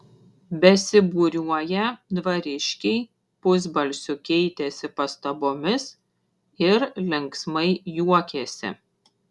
besibūriuoją dvariškiai pusbalsiu keitėsi pastabomis ir linksmai juokėsi